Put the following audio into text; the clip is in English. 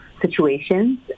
situations